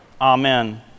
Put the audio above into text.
Amen